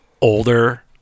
older